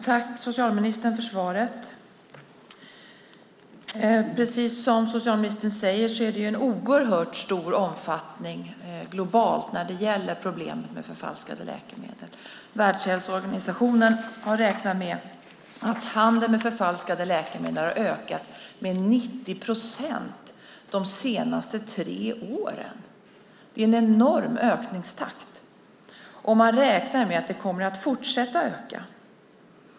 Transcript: Fru talman! Tack för svaret, socialministern. Precis som socialministern säger har problemet med förfalskade läkemedel en oerhört stor omfattning globalt. Världshälsoorganisationen har räknat med att handeln med förfalskade läkemedel har ökat med 90 procent de senaste tre åren. Det är en enorm ökningstakt. Man räknar med att det kommer att fortsätta att öka.